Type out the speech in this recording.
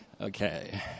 Okay